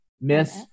Miss